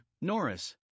Norris